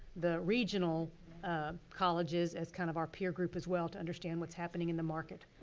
the regional colleges as kind of our peer group as well to understand what's happening in the market.